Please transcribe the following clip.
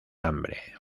hambre